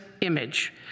image